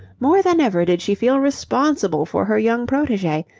more than ever did she feel responsible for her young protege,